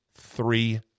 three